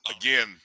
Again